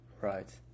right